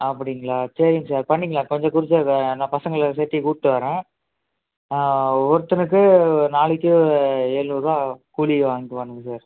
அப்படிங்களா சரிங்க சார் பண்ணிக்கலாம் கொஞ்சம் நான் பசங்களை சேர்த்தி கூப்பிட்டு வரேன் ஆ ஒருத்தனுக்கு ஒரு நாளைக்கு ஒரு எழுநூறுவா வரும் கூலி வாங்கிக்குவானுங்க சார்